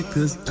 Cause